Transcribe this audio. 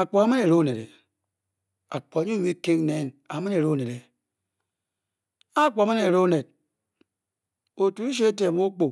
apkorga amani lea oned eh apkorga nye be mateng nen a mani a mani le aned eh apkorga annani le oned otu leshi eteh inuu o-gbu.